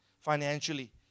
financially